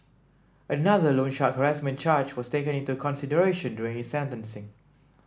another loan shark harassment charge was taken into consideration during his sentencing